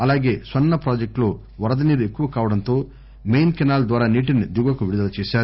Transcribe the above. అలాగే స్పర్ణ ప్రాజెక్టు లో వరద నీరు ఎక్కువ కావడంతో మెయిన్ కెనాల్ ద్వారా నీటిని దిగువకు విడుదల చేశారు